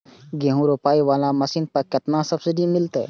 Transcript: गेहूं रोपाई वाला मशीन पर केतना सब्सिडी मिलते?